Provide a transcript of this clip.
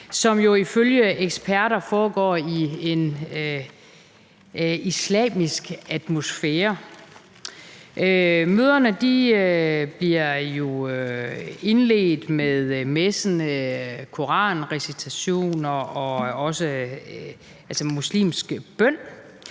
som ifølge eksperter foregår i en islamisk atmosfære. Møderne bliver jo indledt med koranrecitationer og muslimsk bøn.